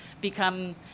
become